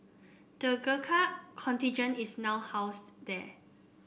the Gurkha contingent is now housed there